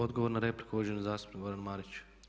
Odgovor na repliku uvaženi zastupnik Goran Marić.